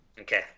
Okay